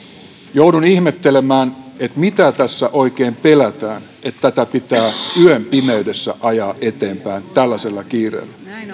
joudun ihmettelemään mitä tässä oikein pelätään kun tätä pitää yön pimeydessä ajaa eteenpäin tällaisella kiireellä